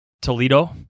Toledo